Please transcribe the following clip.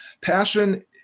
Passion